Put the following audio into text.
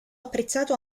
apprezzato